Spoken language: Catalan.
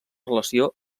relació